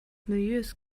milieus